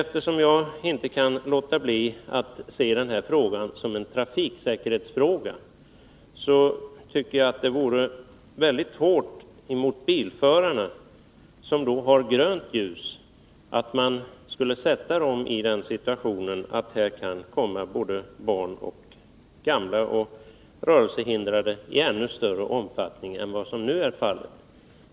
Jag kan inte låta bli att se den här frågan som en trafiksäkerhetsfråga, och jag tycker att det vore mycket hårt mot bilförarna om man skulle försätta dem i den situationen att det — trots att de har grönt ljus — kan komma barn, gamla eller rörelsehindrade över gatan i ännu större omfattning än vad som nu är fallet.